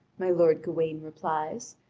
my lord gawain replies,